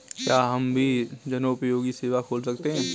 क्या हम भी जनोपयोगी सेवा खोल सकते हैं?